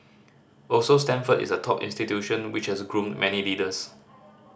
also Stanford is a top institution which has groomed many leaders